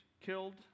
killed